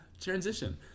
transition